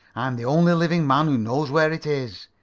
i'm the only living man who knows where it is.